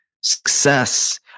success